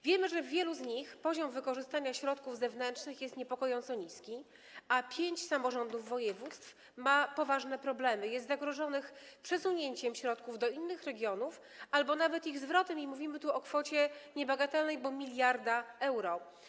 Wiemy, że w wielu z nich poziom wykorzystania środków zewnętrznych jest niepokojąco niski, a pięć samorządów województw ma poważne problemy, jest zagrożonych przesunięciem środków do innych regionów albo nawet ich zwrotem, i mówimy tu o kwocie niebagatelnej, bo 1 mld euro.